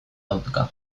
dauka